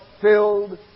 filled